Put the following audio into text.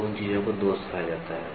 तो उन चीजों को दोष कहा जाता है